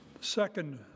Second